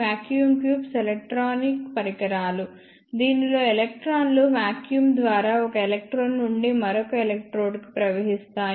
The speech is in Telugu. వాక్యూమ్ ట్యూబ్స్ ఎలక్ట్రానిక్ పరికరాలు దీనిలో ఎలక్ట్రాన్లు వాక్యూమ్ ద్వారా ఒక ఎలక్ట్రోడ్ నుండి మరొక ఎలక్ట్రోడ్కు ప్రవహిస్తాయి